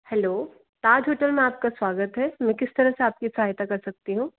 hello Taj hotel में आपका स्वागत है मैं किस तरह से आपकी सहायता कर सकती हूँ